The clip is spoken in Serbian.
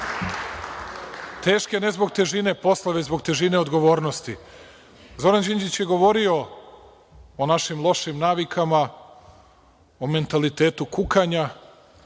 narod. Teške ne zbog težine posla, nego zbog težine odgovornosti. Zoran Đinđić je govorio o našim lošim navikama, o mentalitetu kukanja,